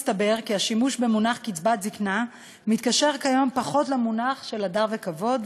הסתבר כי השימוש במונח קצבת זיקנה מתקשר כיום פחות למונח של הדר וכבוד,